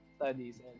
studies